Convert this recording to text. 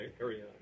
area